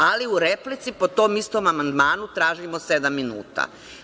Ali, u replici po tom istom amandmanu tražimo sedam minuta.